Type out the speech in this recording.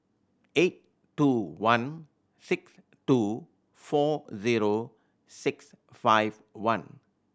eight two one six two four zero six five one